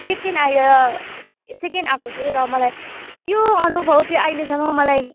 second आएर second आएको थिएँ र मलाई त्यो अनुभव चाहिँ अहिलेसम्म मलाई